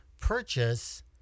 purchase